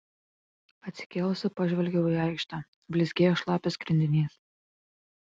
atsikėlusi pažvelgiau į aikštę blizgėjo šlapias grindinys